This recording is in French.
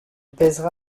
pèsera